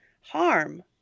harm